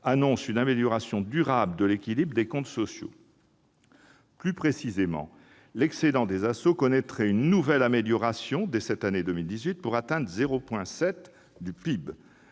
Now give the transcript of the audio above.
annonce une « amélioration durable de l'équilibre des comptes sociaux ». Plus précisément, l'excédent des ASSO connaîtrait une nouvelle amélioration dès cette année 2018, pour atteindre 0,7 point de PIB.